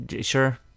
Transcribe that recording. sure